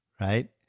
right